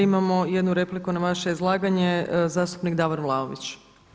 Imamo jednu repliku na vaše izlaganje, zastupnik Davor Vlaović.